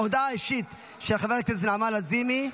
אישית של חברת הכנסת נעמה לזימי.